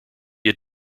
had